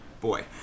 boy